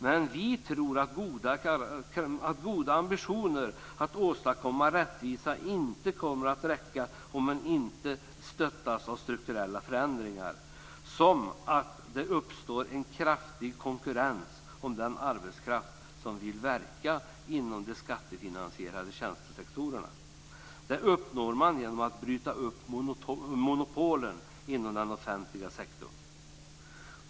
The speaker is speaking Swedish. Men vi tror att goda ambitioner att åstadkomma rättvisa inte kommer att räcka om de inte stöds av strukturella förändringar, som att det uppstår en kraftig konkurrens om den arbetskraft som vill verka inom de skattefinansierade tjänstesektorerna. Det uppnår man genom att bryta upp monopolen inom den offentliga sektorn.